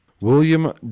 William